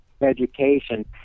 education